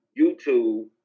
YouTube